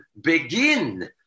begin